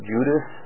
Judas